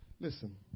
Listen